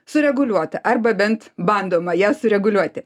sureguliuota arba bent bandoma ją sureguliuoti